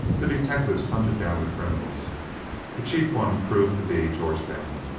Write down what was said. the detectives hunted down the criminals the chief one proved to be george benton.